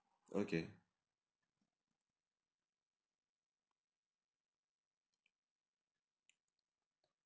okay